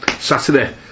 Saturday